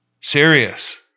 Serious